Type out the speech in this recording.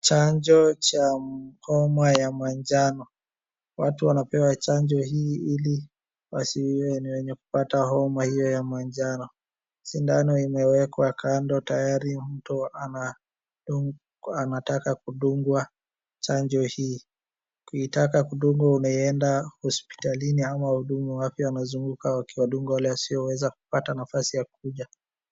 Chanjo cha homa ya manjano. Watu wanapewa chanjo hii ili wasiwe ni wenye kupata homa hiyo ya manjano. Sindano imewekwa kando tayari mtu anataka kudungwa chanjo hii. Ukitaka kudungwa unaenda hospitalini ama wahudumu wa afya wanazunguka wakiwadunga wale wasioweza kupata nafasi ya kukuja.